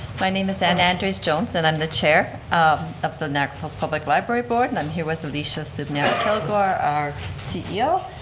my name is anne andres-jones and i'm the chair of of the niagara falls public library board and i'm here with alicia subnaik-kilgour, our ceo,